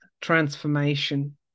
transformation